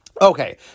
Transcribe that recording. Okay